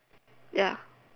ya